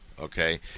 Okay